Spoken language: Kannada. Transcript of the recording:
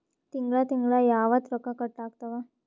ತಿಂಗಳ ತಿಂಗ್ಳ ಯಾವತ್ತ ರೊಕ್ಕ ಕಟ್ ಆಗ್ತಾವ?